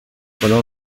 pendant